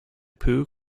pooh